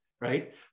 right